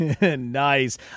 Nice